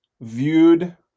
viewed